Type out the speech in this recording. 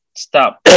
stop